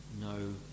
no